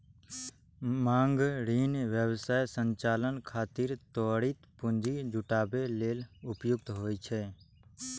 मांग ऋण व्यवसाय संचालन खातिर त्वरित पूंजी जुटाबै लेल उपयुक्त होइ छै